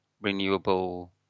renewable